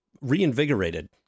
reinvigorated